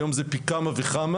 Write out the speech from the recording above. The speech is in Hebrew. היום זה פי כמה וכמה.